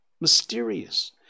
mysterious